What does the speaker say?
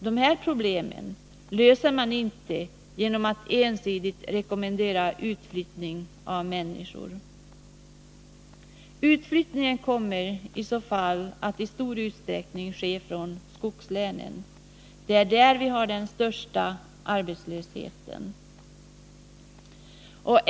De här problemen löser vi inte genom att ensidigt rekommendera utflyttning av människor, Bengt Wittbom! Utflyttningen kommer i så fall i stor utsträckning att ske från skogslänen. Det är där vi har den största arbetslösheten.